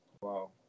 Wow